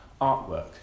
artwork